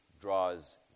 draws